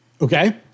Okay